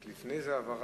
רק לפני זה הבהרה,